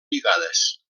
lligades